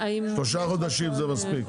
שלושה חודשים זה מספיק.